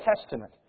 Testament